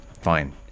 fine